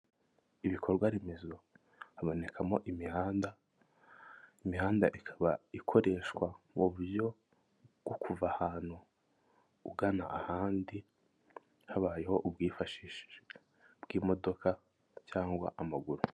Ibikorwa remezo habonekamo imihanda, imihanda ikaba ikoreshwa mu buryo bwo kuva ahantu ugana ahandi habayeho ubwifashishe bw'imodoka cyangwa amaguru.